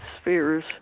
spheres